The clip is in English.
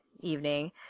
evening